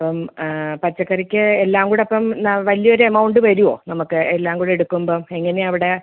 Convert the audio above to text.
അപ്പം പച്ചക്കറിക്ക് എല്ലാം കൂടെ അപ്പം വലിയ ഒരു എമൗണ്ട് വരുവോ നമുക്ക് എല്ലാം കൂടെ എടുക്കുമ്പോൾ എങ്ങനെയാണ് അവിടെ